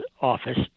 office